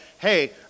Hey